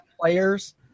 players